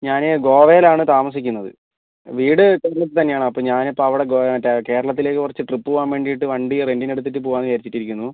ഞാന് ഗോവയിലാണ് താമസിക്കുന്നത് വീട് കേരളത്തിൽ തന്നെയാണ് അപ്പോൾ ഞാനിപ്പോൾ അവിടെ മറ്റേ കേരളത്തിലേക്കു കുറച്ചു ട്രിപ്പ് പോകാൻ വേണ്ടിയിട്ട് വണ്ടി റെൻറ്റിന് എടുത്തിട്ട് പോകാമെന്ന് വിചാരിച്ചിട്ടിരിക്കുന്നു